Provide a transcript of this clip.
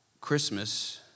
Christmas